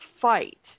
fight